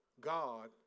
God